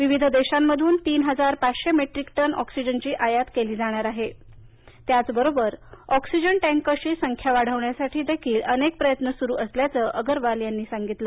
विविध देशांमधून तीन हजार पाचशे मेट्रिक टन ऑक्सिजनची आयात केली जाणार आहे त्याच बरोबर ऑक्सिजन टँकर्सची संख्या वाढवण्यासाठी देखील अनेक प्रयत्न सुरू असल्याचं अगरवाल यांनी सांगितलं